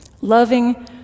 Loving